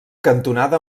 cantonada